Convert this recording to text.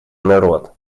народ